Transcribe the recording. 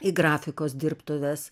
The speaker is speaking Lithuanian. į grafikos dirbtuves